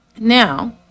Now